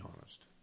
honest